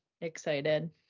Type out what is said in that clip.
excited